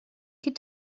could